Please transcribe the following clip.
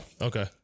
Okay